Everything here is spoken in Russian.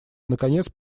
наконец